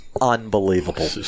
unbelievable